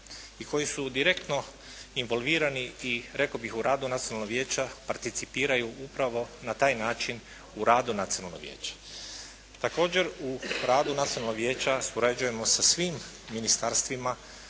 i koji su direktno involvirani i rekao bih u radu Nacionalnog vijeća participiraju upravo na taj način u radu Nacionalnoga vijeća. Također u radu Nacionalnog vijeća surađujemo sa svim ministarstvima